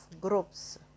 groups